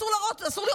אסור לירות.